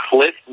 Cliff